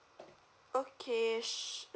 okay sh~